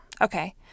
Okay